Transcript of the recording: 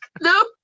Nope